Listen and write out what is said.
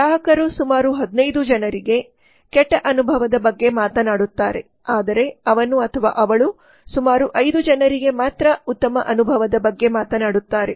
ಗ್ರಾಹಕರು ಸುಮಾರು 15 ಜನರಿಗೆ ಕೆಟ್ಟ ಅನುಭವದ ಬಗ್ಗೆ ಮಾತನಾಡುತ್ತಾರೆ ಆದರೆ ಅವನು ಅವಳು ಸುಮಾರು 5 ಜನರಿಗೆ ಮಾತ್ರ ಉತ್ತಮ ಅನುಭವದ ಬಗ್ಗೆ ಮಾತನಾಡುತ್ತಾರೆ